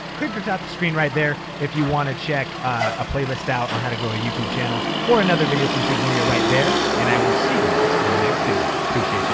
click or tap the screen right there if you wanna check a playlist out on how to grow a youtube channel or another video from think media right there and i will see you in the next video. appreciate you.